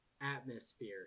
atmosphere